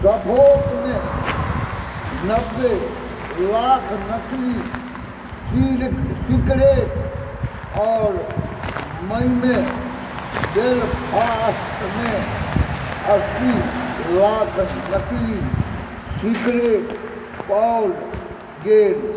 सफोकमे नबे लाख नकली सिकरेट आओर मइमे बेलफास्टमे अस्सी लाख नकली सिकरेट पाओल गेल